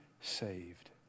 saved